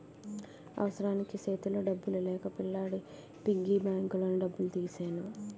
అవసరానికి సేతిలో డబ్బులు లేక పిల్లాడి పిగ్గీ బ్యాంకులోని డబ్బులు తీసెను